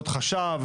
עוד חשב,